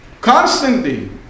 Constantly